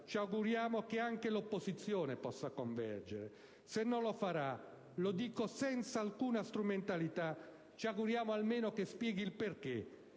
ci auguriamo che anche l'opposizione possa convergere. Se non lo farà - lo dico senza alcuna strumentalità - ci auguriamo almeno che spieghi il perché.